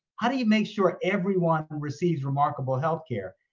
how do you make sure everyone and receives remarkable healthcare?